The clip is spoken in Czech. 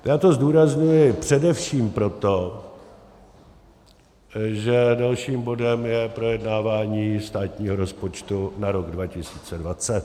Já to zdůrazňuji především proto, že dalším bodem je projednávání státního rozpočtu na rok 2020.